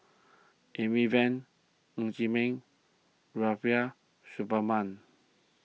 Amy Van Ng Chee Meng Rubiah Suparman